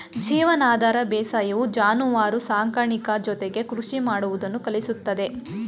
ಜೀವನಾಧಾರ ಬೇಸಾಯವು ಜಾನುವಾರು ಸಾಕಾಣಿಕೆ ಜೊತೆಗೆ ಕೃಷಿ ಮಾಡುವುದನ್ನು ಕಲಿಸುತ್ತದೆ